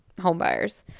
homebuyers